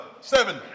seven